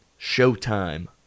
Showtime